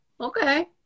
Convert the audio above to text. okay